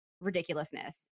ridiculousness